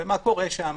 ומה קורה שם?